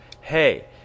hey